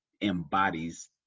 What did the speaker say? embodies